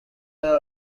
are